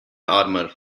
armor